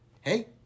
hey